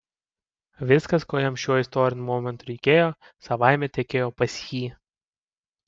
viskas ko jam šiuo istoriniu momentu reikėjo savaime tekėjo pas jį